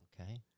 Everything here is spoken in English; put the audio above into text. Okay